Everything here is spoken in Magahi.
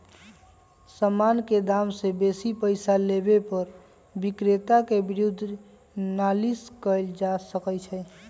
समान के दाम से बेशी पइसा लेबे पर विक्रेता के विरुद्ध नालिश कएल जा सकइ छइ